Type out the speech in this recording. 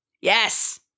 Yes